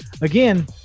again